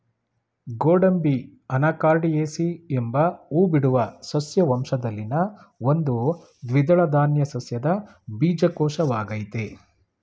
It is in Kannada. ಗೋಡಂಬಿ ಅನಾಕಾರ್ಡಿಯೇಸಿ ಎಂಬ ಹೂಬಿಡುವ ಸಸ್ಯ ವಂಶದಲ್ಲಿನ ಒಂದು ದ್ವಿದಳ ಧಾನ್ಯ ಸಸ್ಯದ ಬೀಜಕೋಶವಾಗಯ್ತೆ